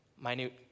minute